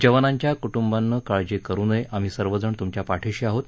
जवानांच्या कुटुंबानं काळजी करू नये आम्ही सर्वजण तुमच्या पाठिशी आहोत